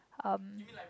um